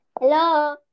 Hello